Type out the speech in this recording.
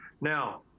now